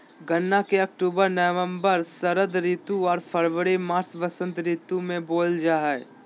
गन्ना के अक्टूबर नवम्बर षरद ऋतु आर फरवरी मार्च बसंत ऋतु में बोयल जा हइ